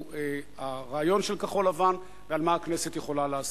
הרעיון של כחול-לבן ומה הכנסת יכולה לעשות.